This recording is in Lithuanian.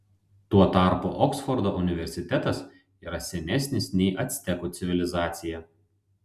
tuo tarpu oksfordo universitetas yra senesnis nei actekų civilizacija